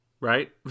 right